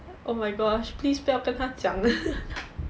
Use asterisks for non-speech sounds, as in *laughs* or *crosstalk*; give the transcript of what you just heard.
oh my gosh please 不要跟他讲 *laughs*